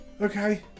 Okay